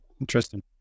Interesting